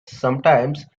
sometimes